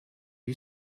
you